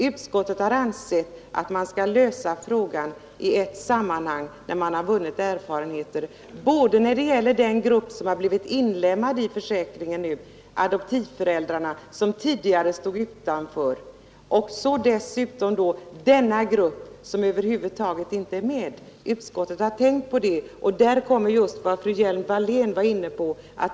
Utskottet har ansett att sedan erfarenheter vunnits skall frågan lösas i ett sammanhang både när det gäller den grupp som nu har blivit inlemmad i försäkringen — adoptivföräldrarna, som tidigare stod utanför — och den grupp som över huvud taget inte omfattas av bestämmelserna.